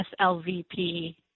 SLVP